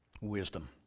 Wisdom